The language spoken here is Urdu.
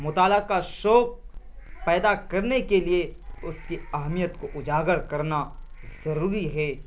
مطالعہ کا شوق پیدا کرنے کے لیے اس کی اہمیت کو اجاگر کرنا ضروری ہے